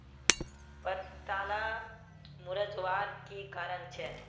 पत्ताला मुरझ्वार की कारण छे?